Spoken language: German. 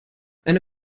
eine